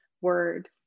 word